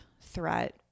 threat